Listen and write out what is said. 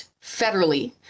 federally